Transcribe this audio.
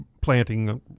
planting